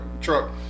truck